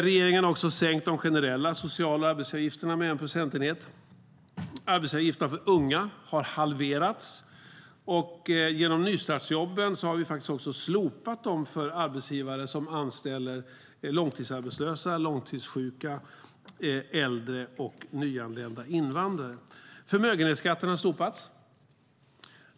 Regeringen har också sänkt de generella sociala arbetsgivaravgifterna med en procentenhet. Arbetsgivaravgifterna för unga har halverats, och genom nystartsjobben har vi faktiskt också slopat dem för arbetsgivare som anställer långtidsarbetslösa, långtidssjuka, äldre och nyanlända invandrare. Förmögenhetsskatten har slopats.